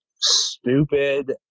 stupid